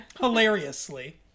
Hilariously